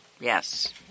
Yes